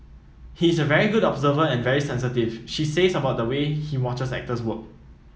he is a very good observer and very sensitive she says about the way he watches actors work